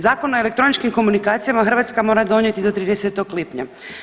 Zakon o elektroničkim komunikacijama Hrvatska mora donijeti do 30. lipnja.